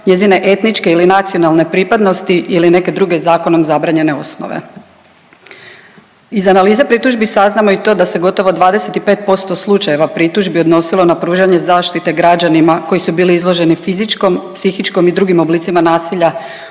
njezine etničke ili nacionalne pripadnosti ili neke druge zakonom zabranjene osnove. Iz analize pritužbi saznajemo i to da se gotovo 25% slučajeva pritužbi odnosilo na pružanje zaštite građanima koji su bili izloženi fizičkom, psihičkom i drugim oblicima nasilja